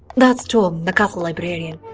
that's tome the castle librarian.